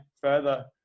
further